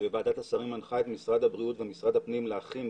שוועדת השרים מנחה את משרד הבריאות ואת משרד הפנים להכין,